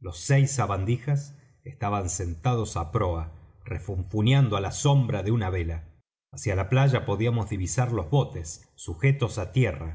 los seis sabandijas estaban sentados á proa refunfuñando á la sombra de una vela hacia la playa podíamos divisar los botes sujetos á tierra